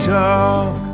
talk